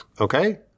Okay